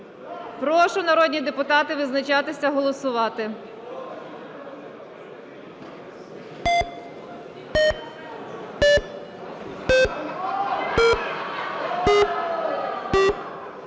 Прошу, народні депутати, визначатися і голосувати.